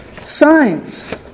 Signs